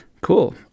Cool